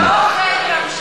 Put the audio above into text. הליטאים יפסיקו לשלוט בש"ס?